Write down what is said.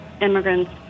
immigrants